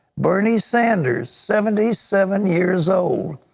bernie sanders, seventy seven years old,